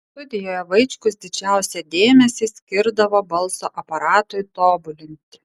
studijoje vaičkus didžiausią dėmesį skirdavo balso aparatui tobulinti